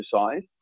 exercise